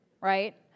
right